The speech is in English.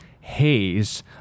haze